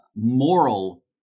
moral